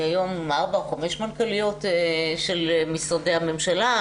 היום יש ארבע או חמש מנכ"ליות של משרדי הממשלה,